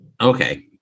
okay